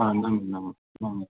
ꯑꯥ ꯅꯪꯅꯤ ꯅꯪꯅꯤ ꯅꯪꯅꯤ